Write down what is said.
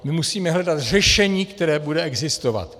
My musíme hledat řešení, které bude existovat.